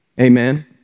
Amen